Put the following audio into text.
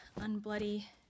unbloody